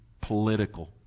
political